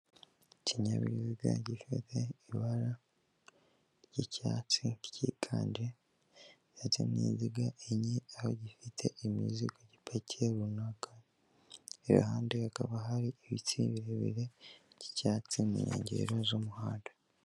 Ikinyabiziga gifite ibara ry'icyatsi ryiganje ndetse n'inziga enye, aho gifite imizigo gipakiye runaka, iruhande hakaba hari ibiti birebire by'icyatsi mu nkengero z'umuhanda.